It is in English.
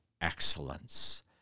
excellence